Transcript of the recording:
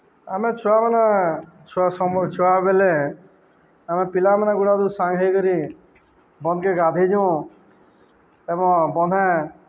ଆମେ ଛୁଆମାନେ ଛୁଆ ଛୁଆ ବେଲେ ଆମେ ପିଲାମାନେ ଗୁଡ଼ାଦୁ ସାଙ୍ଗ୍ ହେଇକରି ବନ୍ଧ୍କେ ଗାଧି ଯଉଁ ଏବଂ ବନ୍ଧେ